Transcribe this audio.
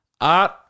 art